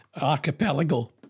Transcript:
Archipelago